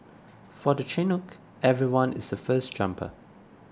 for the Chinook everyone is a first jumper